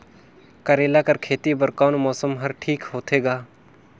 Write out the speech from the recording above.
करेला कर खेती बर कोन मौसम हर ठीक होथे ग?